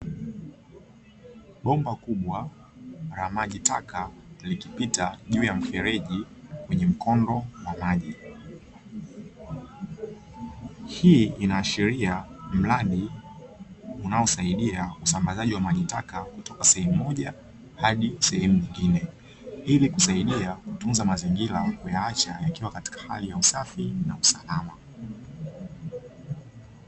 Bomba kubwa la maji taka likipita juu ya mfereji kwenye mkondo wa maji. Hii inaashiria mradi unaosaidia usambazaji wa maji taka kutoka sehemu moja hadi sehemu nyingine, ili kusaidia kutunza mazingira na kuyaacha yakiwa katika hali ya usafi na usalama.